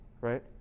right